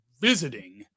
visiting